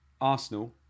Arsenal